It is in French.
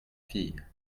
fille